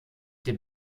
der